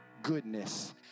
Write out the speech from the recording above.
goodness